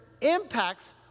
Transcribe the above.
impacts